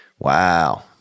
Wow